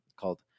called